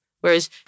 whereas